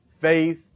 faith